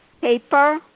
paper